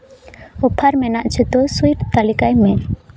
offer ᱢᱮᱱᱟᱜ ᱡᱷᱚᱛᱚ suit ᱛᱟᱹᱞᱤᱠᱟᱭ ᱢᱮ